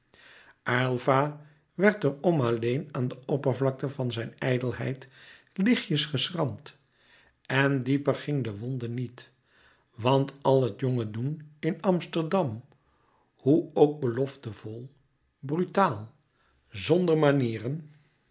aylva werd er om alleen aan de oppervlakte van zijne ijdelheid lichtjes geschramd en dieper ging de wonde niet want al het jonge doen in amsterdam louis couperus metamorfoze hoe ook belofte vol brutaal zonder manieren